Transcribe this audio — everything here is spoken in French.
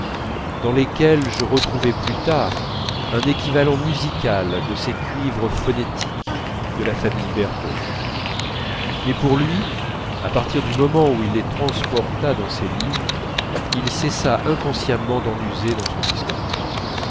dans lesquelles je retrouvai plus tard un équivalent musical de ces cuivres phonétiques de la famille bergotte mais pour lui à partir du moment où il les transporta dans ses livres il cessa inconsciemment d'en user dans son discours